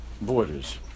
borders